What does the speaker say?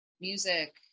music